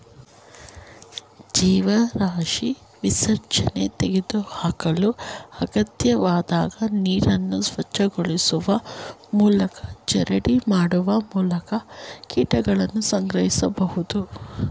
ಜೀವರಾಶಿ ವಿಸರ್ಜನೆ ತೆಗೆದುಹಾಕಲು ಅಗತ್ಯವಾದಾಗ ನೀರನ್ನು ಸ್ವಚ್ಛಗೊಳಿಸುವ ಮೂಲಕ ಜರಡಿ ಮಾಡುವ ಮೂಲಕ ಕೀಟಗಳನ್ನು ಸಂಗ್ರಹಿಸ್ಬೋದು